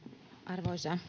arvoisa